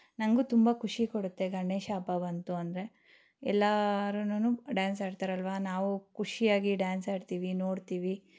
ನನಗೂ ತುಂಬ ಖುಷಿ ಕೊಡುತ್ತೆ ಗಣೇಶ ಹಬ್ಬ ಬಂತು ಅಂದರೆ ಎಲ್ಲಾರುನು ಡ್ಯಾನ್ಸ್ ಆಡ್ತಾರಲ್ಲವಾ ನಾವು ಖುಷಿಯಾಗಿ ಡ್ಯಾನ್ಸ್ ಆಡ್ತೀವಿ ನೋಡ್ತೀವಿ